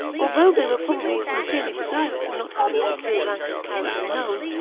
although they were probably sincerely desirous of not having their true rank and character known,